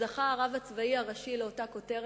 שזכה הרב הצבאי הראשי לאותה כותרת?